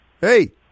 Hey